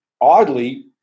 oddly